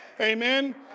Amen